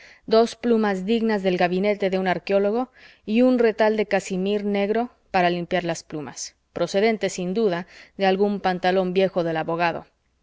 dos plumas dignas del gabinete de un arqueólogo y un retal de casimir negro para limpiar las plumas procedente sin duda de algún pantalón viejo del abogado